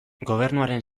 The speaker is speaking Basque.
gobernuaren